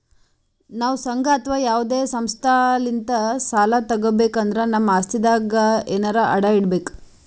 ನಾವ್ ಸಂಘ ಅಥವಾ ಯಾವದೇ ಸಂಸ್ಥಾಲಿಂತ್ ಸಾಲ ತಗೋಬೇಕ್ ಅಂದ್ರ ನಮ್ ಆಸ್ತಿದಾಗ್ ಎನರೆ ಅಡ ಇಡ್ಬೇಕ್